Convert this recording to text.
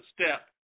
step